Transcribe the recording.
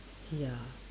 ya